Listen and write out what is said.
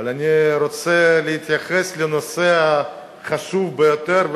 אבל אני רוצה להתייחס לנושא החשוב ביותר,